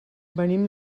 venim